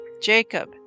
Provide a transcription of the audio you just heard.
Jacob